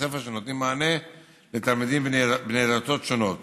ספר שנותנים מענה לתלמידים בני דתות שונות